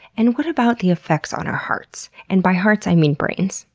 and what about the effects on our hearts? and by hearts, i mean brains.